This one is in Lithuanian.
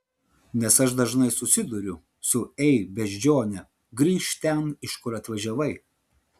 nes aš dažnai susiduriu su ei beždžione grįžk ten iš kur atvažiavai